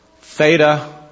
Theta